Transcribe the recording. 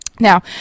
now